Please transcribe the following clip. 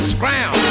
Scram